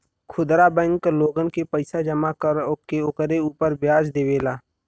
खुदरा बैंक लोगन के पईसा जमा कर के ओकरे उपर व्याज देवेला